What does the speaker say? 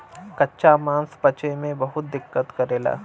कच्चा मांस पचे में बहुत दिक्कत करेला